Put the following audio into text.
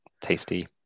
tasty